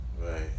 Right